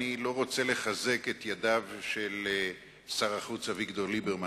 אני לא רוצה לחזק את ידיו של שר החוץ אביגדור ליברמן.